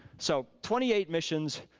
so twenty eight missions,